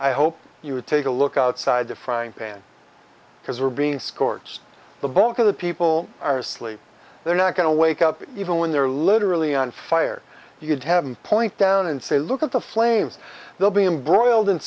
i hope you would take a look outside the frying pan because we're being scorched the bulk of the people are asleep they're not going to wake up even when they're literally on fire you could have them point down and say look at the flames they'll be embroiled in